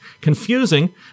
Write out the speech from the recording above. confusing